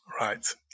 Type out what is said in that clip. Right